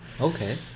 Okay